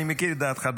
אני מכיר את דעתך,